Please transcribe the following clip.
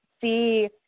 see